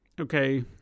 Okay